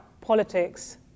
politics